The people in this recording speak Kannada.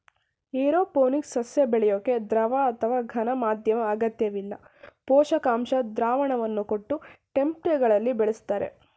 ಏರೋಪೋನಿಕ್ಸ್ ಸಸ್ಯ ಬೆಳ್ಯೋಕೆ ದ್ರವ ಅಥವಾ ಘನ ಮಾಧ್ಯಮ ಅಗತ್ಯವಿಲ್ಲ ಪೋಷಕಾಂಶ ದ್ರಾವಣವನ್ನು ಕೊಟ್ಟು ಟೆಂಟ್ಬೆಗಳಲ್ಲಿ ಬೆಳಿಸ್ತರೆ